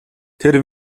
тэр